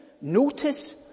notice